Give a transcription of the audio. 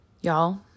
Y'all